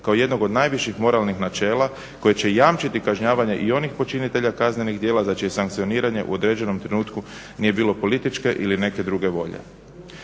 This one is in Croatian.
kao jednog od najviših moralnih načela koji će jamčiti kažnjavanje i onih počinitelja kaznenih djela za čije sankcioniranje u određenom trenutku nije bilo političke ili neke druge volje.